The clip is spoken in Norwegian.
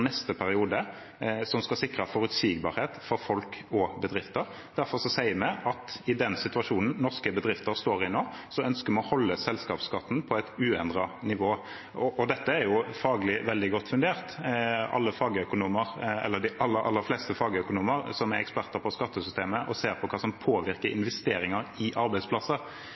neste periode som skal sikre forutsigbarhet for folk og bedrifter. Derfor sier vi at i den situasjonen norske bedrifter står i nå, ønsker vi å holde selskapsskatten på et uendret nivå. Dette er faglig veldig godt fundert. Ifølge de aller, aller fleste fagøkonomer som er eksperter på skattesystemet og ser på hva som påvirker investeringer i arbeidsplasser,